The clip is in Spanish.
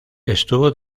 estuvo